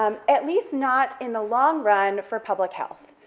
um at least not in the long run for public health.